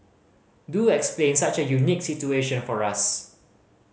do explain such a unique situation for us